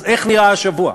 אז איך נראה השבוע?